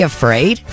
Afraid